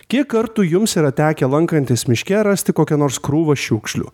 kiek kartų jums yra tekę lankantis miške rasti kokią nors krūvą šiukšlių